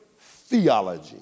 theology